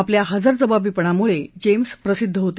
आपल्या हजरजबाबीपणामुळे जेम्स प्रसिद्ध होते